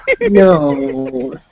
no